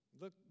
Look